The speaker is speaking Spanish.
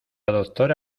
doctora